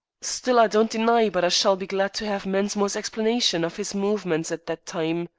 still, i don't deny but i shall be glad to have mensmore's explanation of his movements at that time.